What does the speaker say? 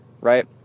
right